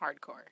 hardcore